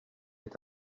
est